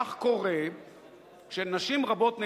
כך קורה שנשים רבות,